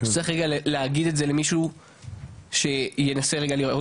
צריך אולי להגיד את זה למישהו שינסה רגע לראות.